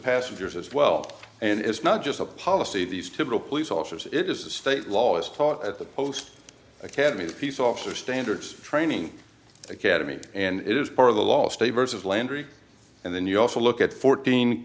passengers as well and it's not just a policy these typical police officers it is a state law as taught at the post academy peace officer standards training academy and it is part of the last eight years of landry and then you also look at fourteen